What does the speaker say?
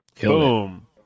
Boom